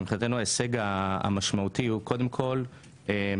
שמבחינתנו ההישג המשמעותי הוא קודם כול מעבר